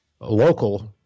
local